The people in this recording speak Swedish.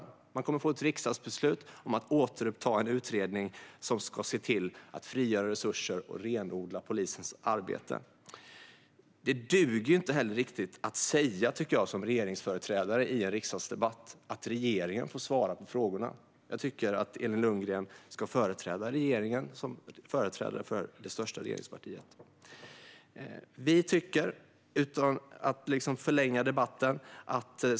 Regeringen kommer att få ett riksdagsbeslut om att återuppta en utredning om att man ska frigöra resurser och renodla polisens arbete. Det duger inte heller riktigt att som regeringsföreträdare i en riksdagsdebatt säga att regeringen får svara på frågorna. Jag tycker att Elin Lundgren, som företrädare för det största regeringspartiet, ska företräda regeringen.